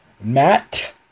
Matt